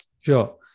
sure